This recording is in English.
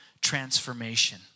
transformation